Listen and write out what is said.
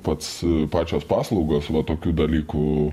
pats pačios paslaugos va tokių dalykų